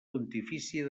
pontifícia